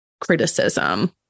criticism